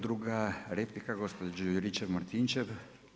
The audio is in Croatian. Druga replika gospođa Juričev-Martinčev.